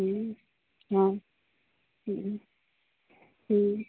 ହଁ